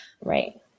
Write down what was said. Right